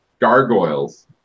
gargoyles